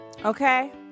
Okay